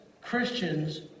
Christians